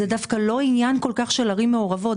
זה לא כל כך עניין של ערים מעורבות.